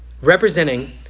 representing